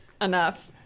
enough